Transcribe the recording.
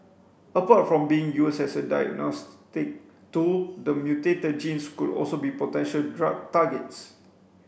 apart from being used as a diagnostic tool the mutated genes could also be potential drug targets